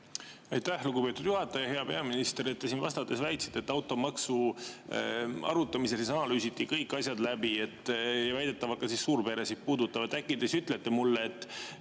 Aitäh, lugupeetud juhataja! Hea peaminister! Te siin vastates väitsite, et automaksu arutamisel analüüsiti kõik asjad läbi, väidetavalt ka suurperesid puudutav. Äkki te ütlete mulle, et